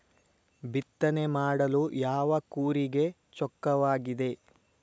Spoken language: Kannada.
ಬಿತ್ತನೆ ಮಾಡಲು ಯಾವ ಕೂರಿಗೆ ಚೊಕ್ಕವಾಗಿದೆ?